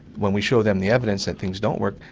when we show them the evidence that things don't work,